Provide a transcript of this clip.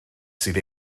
sydd